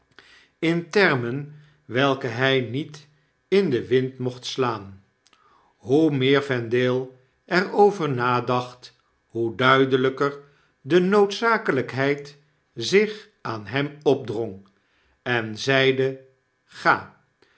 in termen welke hij niet in den wind mocht slaan hoe meer vendale er over nadacht hoe duidelijker de noodzakelijkheid zich aan hem opdrong en zeide ga